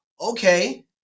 okay